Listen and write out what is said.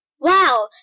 Wow